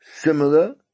similar